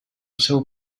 seu